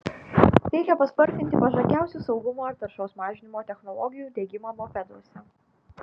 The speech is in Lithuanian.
reikia paspartinti pažangiausių saugumo ir taršos mažinimo technologijų diegimą mopeduose